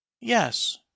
yes